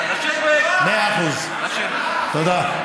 תודה.